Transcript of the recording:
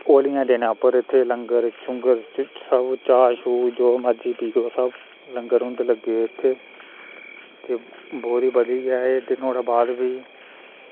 होलियें दिनै उप्पर इत्थै लंगर शुंगर ची सब चा शु जो मर्जी पियो सब लंगर होंदे लग्गे दे इत्थै ते बोरी बारी लाए ते नोह्ड़े बाद फ्ही